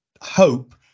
hope